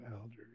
elders